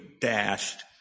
dashed